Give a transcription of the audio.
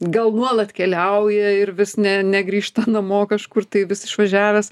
gal nuolat keliauja ir vis ne negrįžta namo kažkur tai vis išvažiavęs